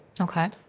Okay